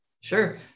Sure